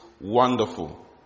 wonderful